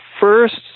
first